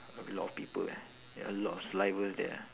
with a lot of people eh ya a lot of salivas there